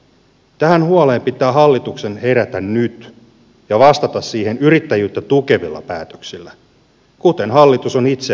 tähän huoleen pitää hallituksen herätä nyt ja vastata siihen yrittäjyyttä tukevilla päätöksillä kuten hallitus on itse painopisteekseen määrittänyt